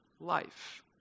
life